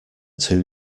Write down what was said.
two